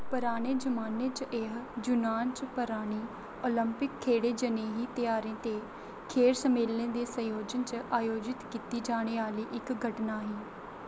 पराने जमाने च एह् यूनान च परानी ओलंपिक खेढें जनेही धेयारे ते खेढ सम्मेलनें दे संयोजन च आयोजित कीती जाने आह्ली इक घटना ही